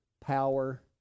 power